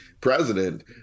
president